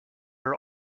are